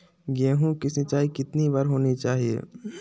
गेहु की सिंचाई कितनी बार होनी चाहिए?